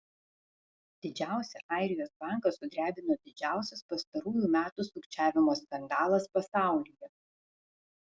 didžiausią airijos banką sudrebino didžiausias pastarųjų metų sukčiavimo skandalas pasaulyje